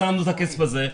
שמנו את הכסף הזה,